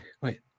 wait